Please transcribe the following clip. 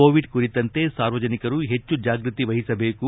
Covid ಕುರಿತಂತೆ ಸಾರ್ವಜನಿಕರು ಹೆಚ್ಚು ಜಾಗೃತಿ ವಹಿಸಬೇಕು